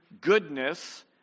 goodness